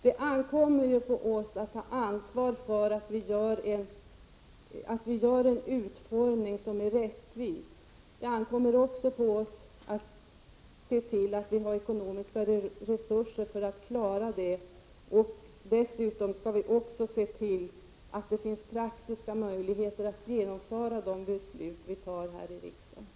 Det ankommer på oss att ta ansvar för att vi gör en utformning som är rättvis. Det ankommer också på oss att se till att vi har ekonomiska resurser för att klara det. Dessutom måste vi se till att det finns praktiska möjligheter att genomföra de beslut vi fattar här i riksdagen.